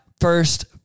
first